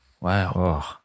Wow